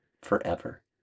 forever